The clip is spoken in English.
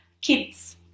kids